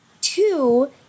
Two